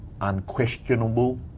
unquestionable